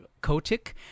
Kotick